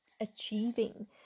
achieving